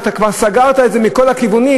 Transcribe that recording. ואתה כבר סגרת את זה מכל הכיוונים.